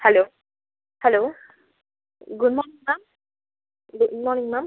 hello hello good morning ma'am good morning ma'am